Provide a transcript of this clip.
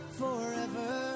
forever